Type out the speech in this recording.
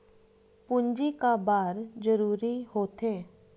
पूंजी का बार जरूरी हो थे?